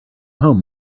home